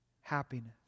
happiness